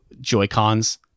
Joy-Cons